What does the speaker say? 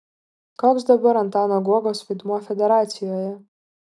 koks dabar antano guogos vaidmuo federacijoje